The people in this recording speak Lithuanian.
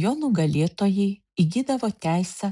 jo nugalėtojai įgydavo teisę